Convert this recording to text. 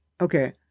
okay